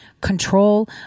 control